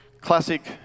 Classic